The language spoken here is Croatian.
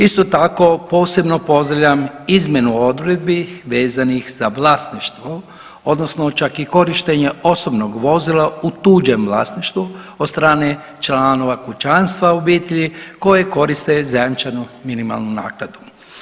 Isto tako posebno pozdravljam izmjenu odredbi vezanih za vlasništvo, odnosno čak i korištenje osobnog vozila u tuđem vlasništvu od strane članova kućanstva obitelji koji koriste zajamčenu minimalnu naknadu.